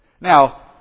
Now